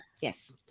Yes